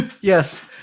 Yes